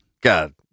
God